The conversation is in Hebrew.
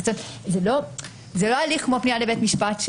זה לא הליך כמו פנייה לבית משפט.